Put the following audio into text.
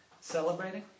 celebrating